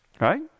right